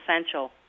essential